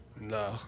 No